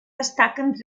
destaquen